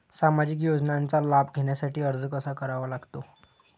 सामाजिक योजनांचा लाभ घेण्यासाठी अर्ज कसा करावा लागतो?